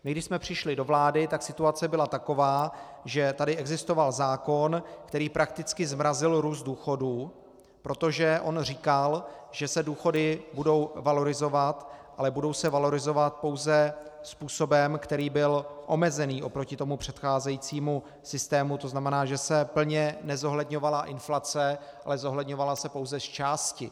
Když jsme přišli do vlády, tak situace byla taková, že tady existoval zákon, který prakticky zmrazil růst důchodů, protože on říkal, že se budou důchody valorizovat, ale budou se valorizovat pouze způsobem, který byl omezený oproti tomu předcházejícímu systému, to znamená, že se plně nezohledňovala inflace, ale zohledňovala se pouze zčásti.